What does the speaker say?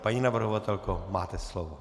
Paní navrhovatelko, máte slovo.